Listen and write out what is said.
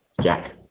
Jack